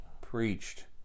preached